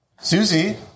Susie